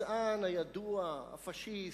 הגזען הידוע, הפאשיסט,